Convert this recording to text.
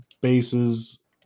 bases